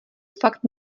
fakt